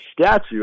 statue